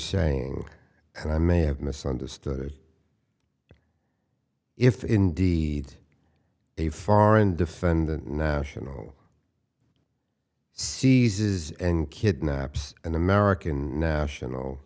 saying and i may have misunderstood if indeed a foreign defendant national seizes and kidnaps an american national